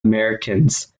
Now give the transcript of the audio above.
americans